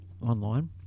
online